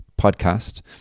podcast